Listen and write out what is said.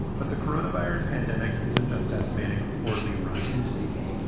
but the coronavirus pandemic isn't just decimating poorly run entities.